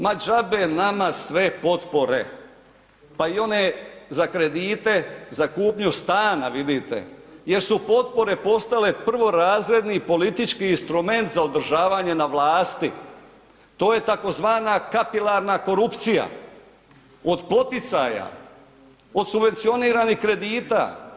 Ma džabe nama sve potpore pa i one za kredite, za kupnju stana vidite jer su potpore postale prvorazredni politički instrument za održavanje na vlasti, to je tzv. kapilarna korupcija od poticaja, od subvencioniranih kredita.